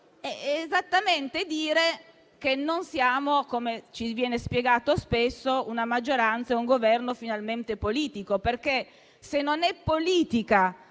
è esattamente dire che non siamo, come ci viene spiegato spesso, una maggioranza e un Governo finalmente politici. Infatti, se non è politica